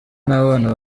n’abana